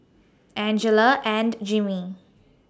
Angela and Jimmy